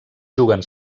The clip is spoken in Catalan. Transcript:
juguen